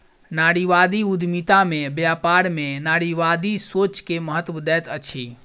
नारीवादी उद्यमिता में व्यापार में नारीवादी सोच के महत्त्व दैत अछि